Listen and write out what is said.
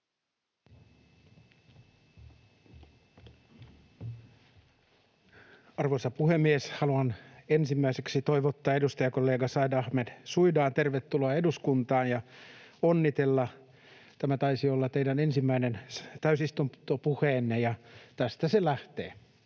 Arvoisa puhemies! Haluan ensimmäiseksi toivottaa edustajakollega Suldaan Said Ahmedin tervetulleeksi eduskuntaan ja onnitella. Tämä taisi olla teidän ensimmäinen täysistuntopuheenne, ja tästä se lähtee.